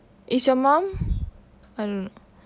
is your mom I don't know